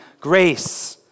grace